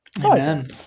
Amen